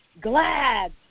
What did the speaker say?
glad